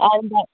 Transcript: हजुर